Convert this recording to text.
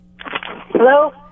Hello